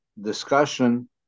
discussion